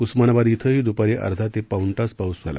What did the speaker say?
उस्मानाबाद इथंही द्पारी अर्धा ते पाऊण तास पाऊस स्रु झाला